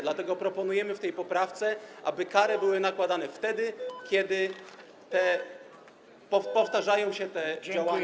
Dlatego proponujemy w tej poprawce, aby kary były nakładane wtedy, kiedy powtarzają się te działania.